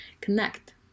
connect